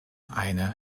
eine